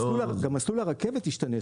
גם מסלול הרכבת ישתנה.